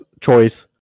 choice